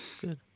Good